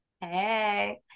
Hey